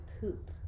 poop